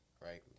right